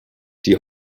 die